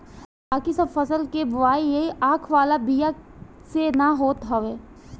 बाकी सब फसल के बोआई आँख वाला बिया से ना होत हवे